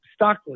stockless